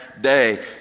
day